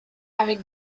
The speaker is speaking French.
avec